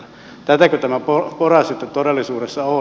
tätäkö tämä pora sitten todellisuudessa on